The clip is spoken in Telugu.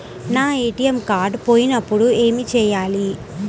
నా ఏ.టీ.ఎం కార్డ్ పోయినప్పుడు ఏమి చేయాలి?